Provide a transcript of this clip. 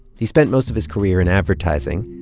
he's spent most of his career in advertising,